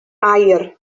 aur